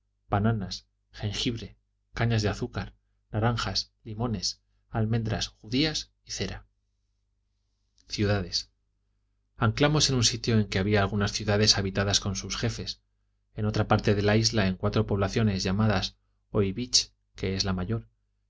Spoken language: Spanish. bananas jengibre cañas de azúcar naranjas limones almendras judías y cera ciudades anclamos en un sitio en que había algunas ciudades habitadas con sus jefes en otra parte de la isla en cuatro poblaciones llamadas oibich que es la mayor